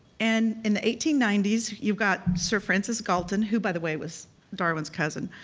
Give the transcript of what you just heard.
and in the eighteen ninety s you've got sir frances galton, who by the way was darwin's cousin.